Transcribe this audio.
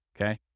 Okay